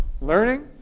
Learning